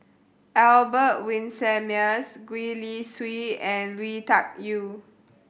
Albert Winsemius Gwee Li Sui and Lui Tuck Yew